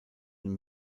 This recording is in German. and